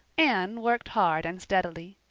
anne worked hard and steadily.